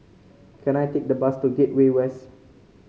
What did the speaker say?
can I take the bus to Gateway West